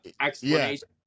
explanation